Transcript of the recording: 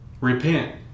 Repent